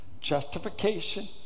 justification